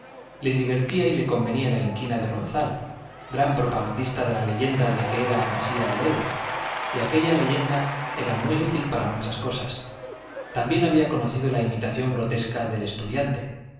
le divertía y le convenía la inquina de ronzal gran propagandista de la leyenda de que era mesía el héroe y aquella leyenda era muy útil para muchas cosas también había conocido la imitación grotesca del